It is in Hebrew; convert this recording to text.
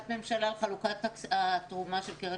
החלטת ממשלה על חלוקת התרומה של קרן